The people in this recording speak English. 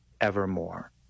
evermore